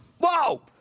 whoa